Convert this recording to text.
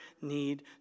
need